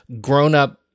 grown-up